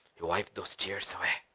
white post years away